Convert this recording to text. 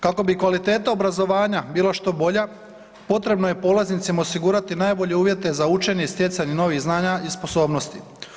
Kako bi kvaliteta obrazovanja bila što bolja, potrebno je polaznicima osigurati najbolje uvjete za učenje i stjecanje novih znanja i sposobnosti.